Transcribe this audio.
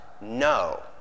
No